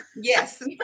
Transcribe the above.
Yes